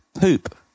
poop